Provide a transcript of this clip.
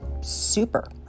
super